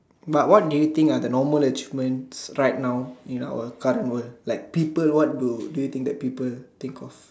but what do you think are the normal achievement right now in our current world like people what do do you think that people think of